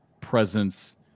presence